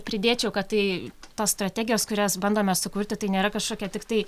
pridėčiau kad tai tos strategijos kurias bandome sukurti tai nėra kažkokia tiktai